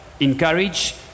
encourage